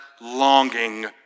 longing